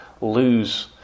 lose